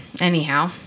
Anyhow